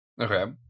Okay